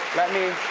let me,